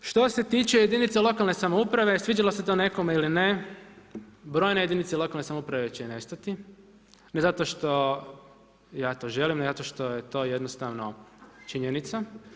Što se tiče jedinica lokalne samouprave sviđalo se to nekome ili ne, brojne jedinice lokalne samouprave će nestati, ne zato što ja to želim i zato što je to jednostavno činjenica.